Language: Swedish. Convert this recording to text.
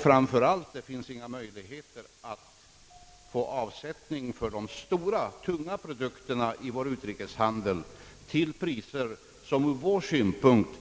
Framför allt finns det inga möjligheter att få avsättning för de stora tunga produkterna i vår utrikeshandel till priser som det ur vår synpunkt